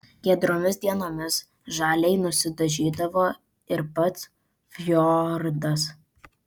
giedromis dienomis žaliai nusidažydavo ir pats fjordas